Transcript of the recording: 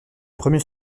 premier